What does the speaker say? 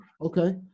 okay